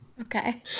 Okay